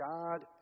God